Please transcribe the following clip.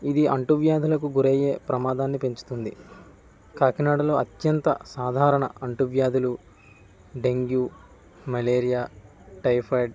ఇది అంటూ వ్యాధులకు గురఅయ్యి ప్రమాదాన్ని పెంచుతుంది కాకినాడలో అత్యంత సాధారణ అంటూ వ్యాధులు డెంగ్యూ మలేరియా టైఫాయిడ్